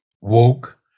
woke